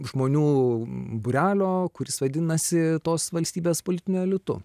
žmonių būrelio kuris vadinasi tos valstybės politiniu elitu